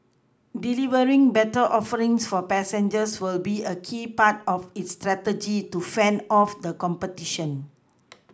delivering better offerings for passengers will be a key part of its strategy to fend off the competition